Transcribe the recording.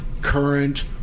current